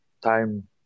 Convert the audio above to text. time